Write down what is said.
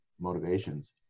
motivations